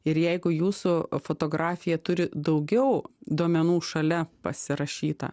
ir jeigu jūsų fotografija turi daugiau duomenų šalia pasirašyta